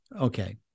okay